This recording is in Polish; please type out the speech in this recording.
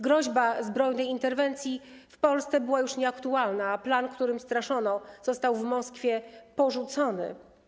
Groźba zbrojnej interwencji w Polsce była już nieaktualna, a plan, którym straszono, został w Moskwie porzucony.